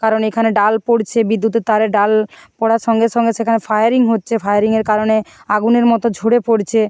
কারণ এখানে ডাল পড়ছে বিদ্যুতের তারে ডাল পড়ার সঙ্গে সঙ্গে সেখানে ফায়ারিং হচ্ছে ফায়ারিংয়ের কারণে আগুনের মতো ঝরে পড়ছে